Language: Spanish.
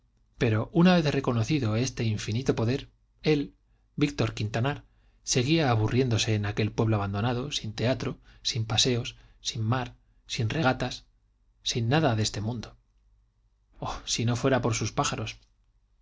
pero una vez reconocido este infinito poder él víctor quintanar seguía aburriéndose en aquel pueblo abandonado sin teatro sin paseos sin mar sin regatas sin nada de este mundo oh si no fuera por sus pájaros en